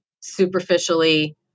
superficially